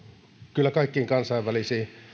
kyllä kaikkiin kansainvälisiin